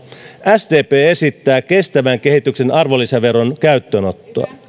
sdp esittää kestävän kehityksen arvonlisäveron käyttöönottoa